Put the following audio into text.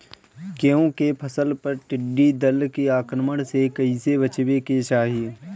गेहुँ के फसल पर टिड्डी दल के आक्रमण से कईसे बचावे के चाही?